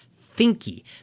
thinky